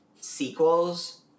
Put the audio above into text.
sequels